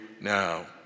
now